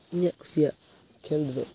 ᱤᱧᱟᱹᱜ ᱠᱩᱥᱤᱭᱟᱜ ᱠᱷᱮᱞᱫᱚ